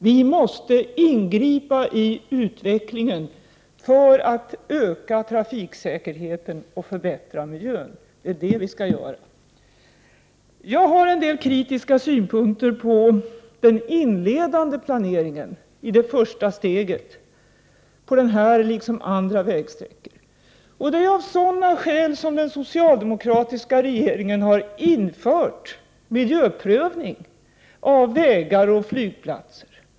Vi måste ingripa i utvecklingen för att öka trafiksäkerheten och förbättra miljön. Det är det vi skall göra. Jag har en del kritiska synpunkter på den inledande planeringen i det första steget på denna liksom på andra vägsträckor. Det är av sådana skäl som den socialdemokratiska regeringen har infört miljöprövning av vägar och flygplatser.